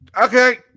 Okay